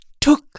took